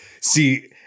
see